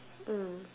mm